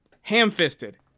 ham-fisted